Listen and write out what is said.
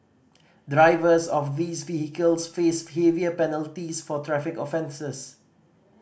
drivers of these vehicles face heavier penalties for traffic offences